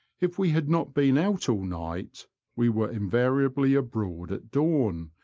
if we had not been out all night we were invariably abroad at dawn,